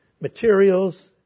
materials